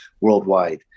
Worldwide